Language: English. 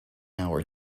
hour